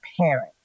parent